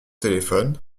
téléphone